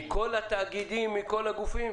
מכל התאגידים, מכול הגופים?